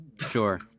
Sure